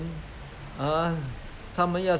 所以要让他们有那种心态说